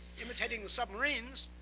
imitating the submarines,